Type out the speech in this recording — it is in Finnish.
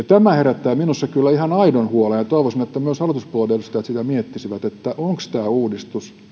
tämä herättää minussa kyllä ihan aidon huolen ja toivoisin että myös hallituspuolueiden edustajat sitä miettisivät onko tämä uudistus